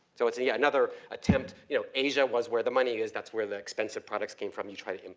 so it's yeah, another attempt you know, asia was where the money is that's where the expensive products came from you try to im,